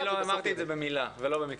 אני לא אמרתי את זה במילה, ולא במקרה.